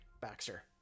Baxter